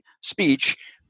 speech